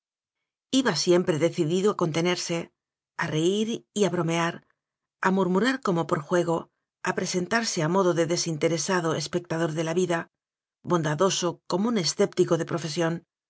iba siempre decidido a contenerse a reir y bromear a murmurar como por juego a presentarse a modo de desinteresado espec tador de la vida bondadoso como un escép tico de profesión